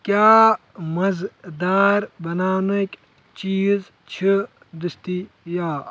کیٛاہ مزٕدار بناونٕکۍ چیٖز چھِ دٔستیاب